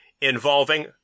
involving